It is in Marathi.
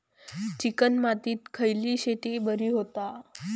चिकण मातीत खयली शेती बरी होता?